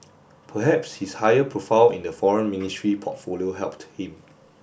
perhaps his higher profile in the Foreign Ministry portfolio helped him